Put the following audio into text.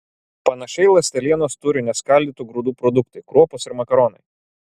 panašiai ląstelienos turi neskaldytų grūdų produktai kruopos ir makaronai